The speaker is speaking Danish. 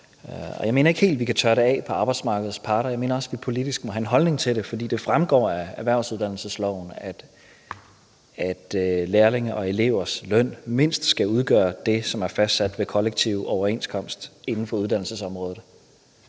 Jeg mener ikke helt, vi kan tørre det af på arbejdsmarkedets parter; jeg mener også, vi politisk må have en holdning til det. For det fremgår af erhvervsuddannelsesloven, at lærlinge og elevers løn mindst skal udgøre det, som er fastsat ved kollektiv overenskomst inden for uddannelsesområdet.